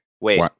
Wait